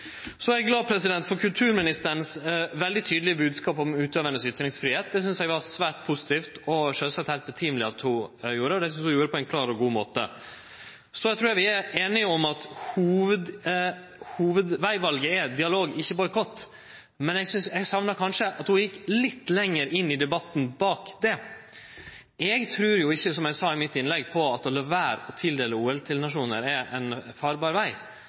Eg er også glad for den veldig tydelege bodskapen frå kulturministeren om ytringsfridomen til utøvarane. Det synest eg var svært positivt og sjølvsagt heilt høveleg at ho gjorde, og eg synest ho gjorde det på ein klar og god måte. Eg trur vi er einige om at hovudvegvalet er dialog, ikkje boikott. Men eg sakna kanskje at ho gjekk litt lenger inn i debatten bak det. Eg trur jo ikkje, som eg sa i innlegget mitt, at å late vere å tildele OL til nasjonar er ein farbar veg.